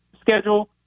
schedule